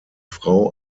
frau